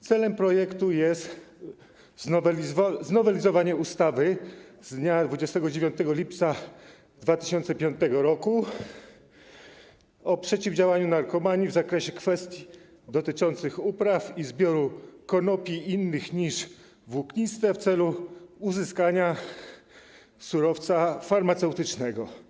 Celem projektu jest znowelizowanie ustawy z dnia 29 lipca 2005 r. o przeciwdziałaniu narkomani w zakresie kwestii dotyczących upraw i zbioru konopi innych niż włókniste w celu uzyskania surowca farmaceutycznego.